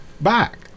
back